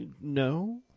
no